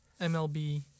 MLB